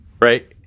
right